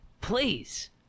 Please